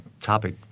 topic –